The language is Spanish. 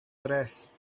tres